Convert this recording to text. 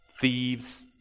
thieves